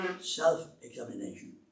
self-examination